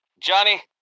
Johnny